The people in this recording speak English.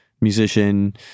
musician